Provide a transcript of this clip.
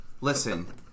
Listen